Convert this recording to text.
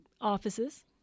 Offices